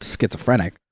schizophrenic